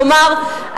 כלומר,